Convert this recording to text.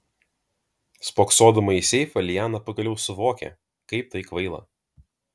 spoksodama į seifą liana pagaliau suvokė kaip tai kvaila